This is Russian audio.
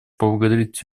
поблагодарить